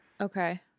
okay